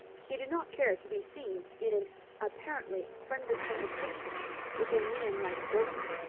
he did not care to be seen in an apparently friendly conversation with a man like bolton.